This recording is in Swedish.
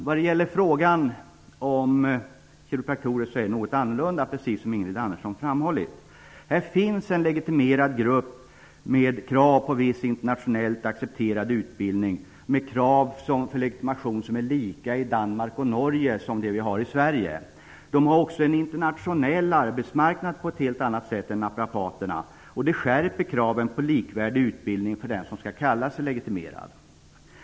Vad gäller frågan om kiropraktorer är läget något annorlunda, precis som Ingrid Andersson framhållit. Det är en legitimerad grupp med krav på viss internationellt accepterad utbildning, krav på legitimation som är lika med den i Danmark och Norge. Kiropraktorerna har också en internationell arbetsmarknad på ett helt annat sätt än naprapaterna. Det skärper kraven på likvärdig utbildning för den som skall kalla sig legitimerad.